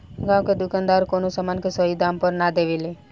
गांव के दुकानदार कवनो समान के सही दाम पर ना देवे ले